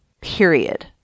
period